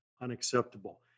unacceptable